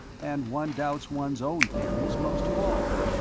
and one doubts one's own theories most of all.